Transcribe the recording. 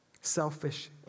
Selfish